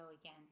again